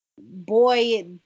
boy